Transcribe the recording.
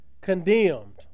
condemned